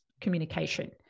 communication